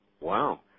Wow